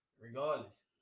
regardless